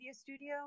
studio